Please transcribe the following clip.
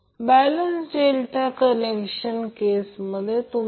परंतु फेज क्रम a b c आहे आपण ते नंतर पाहू